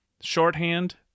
Shorthand